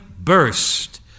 burst